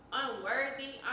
unworthy